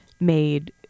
made